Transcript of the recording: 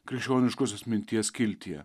krikščioniškosios minties skiltyje